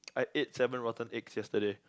I ate seven rotten eggs yesterday